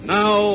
now